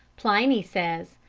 pliny says,